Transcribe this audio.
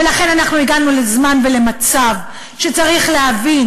ולכן אנחנו הגענו לזמן ולמצב שצריך להבין